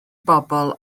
bobl